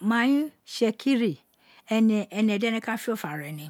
Mai itsekiri ẹnẹ dẹnẹ ka fiofọ ara ẹnę.